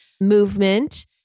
movement